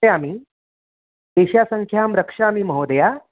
क्षामि एषा सङ्ख्यां रक्षामि महोदये